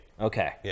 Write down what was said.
Okay